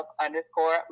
underscore